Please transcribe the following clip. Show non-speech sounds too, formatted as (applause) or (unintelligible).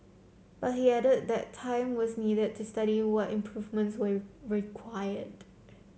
but he added that time was needed to study what improvements were (unintelligible) required